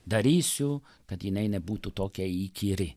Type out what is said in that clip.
darysiu kad jinai nebūtų tokia įkyri